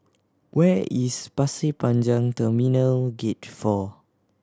where is Pasir Panjang Terminal Gate Four